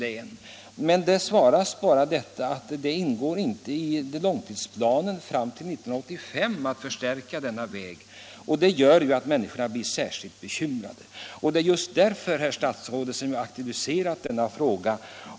Svaret har bara blivit att en förstärkning av denna väg inte ingår i långtidsplanen fram till 1985. Det gör att människorna blir särskilt bekymrade och det är därför, herr statsråd, som jag aktualiserat den här saken.